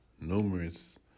numerous